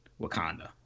Wakanda